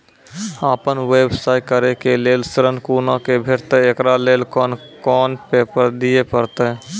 आपन व्यवसाय करै के लेल ऋण कुना के भेंटते एकरा लेल कौन कौन पेपर दिए परतै?